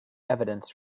evidence